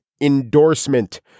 endorsement